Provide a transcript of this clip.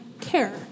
Care